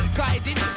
guiding